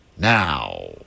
Now